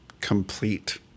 complete